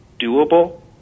doable